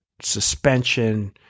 suspension